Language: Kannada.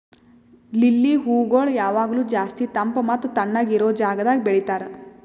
ಲಿಲ್ಲಿ ಹೂಗೊಳ್ ಯಾವಾಗ್ಲೂ ಜಾಸ್ತಿ ತಂಪ್ ಮತ್ತ ತಣ್ಣಗ ಇರೋ ಜಾಗದಾಗ್ ಬೆಳಿತಾರ್